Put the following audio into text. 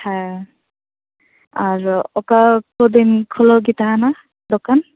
ᱦᱮᱸ ᱟᱨ ᱚᱠᱟ ᱠᱚ ᱫᱤᱱ ᱠᱷᱩᱞᱟ ᱣ ᱜᱮ ᱛᱟᱦᱮᱱᱟ ᱫᱚᱠᱟᱱ